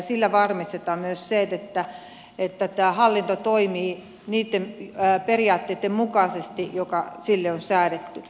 sillä varmistetaan myös se että tämä hallinto toimii niitten periaatteitten mukaisesti jotka sille on säädetty